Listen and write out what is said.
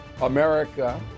America